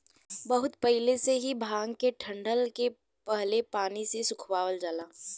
बहुत पहिले से ही भांग के डंठल के पहले पानी से सुखवावल जाला